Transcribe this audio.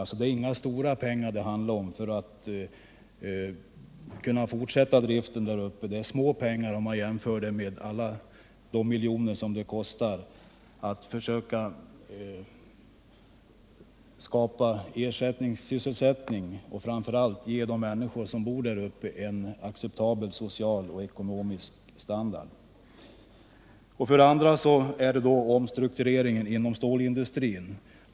Det är alltså inga stora pengar det handlar om för att driften skall kunna fortsätta där. Det är små pengar jämfört med de miljoner det kostar att försöka skapa ersättningssysselsättning och att framför allt ge de människor som bor där en acceptabel social och ekonomisk standard. För det andra gäller det en omstrukturering inom stålindustrin.